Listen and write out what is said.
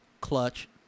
Clutch